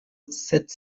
sept